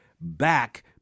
back